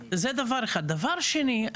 דבר שני,